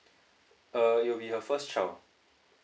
uh he will be her first child